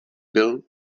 byl